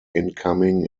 incoming